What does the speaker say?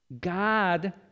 God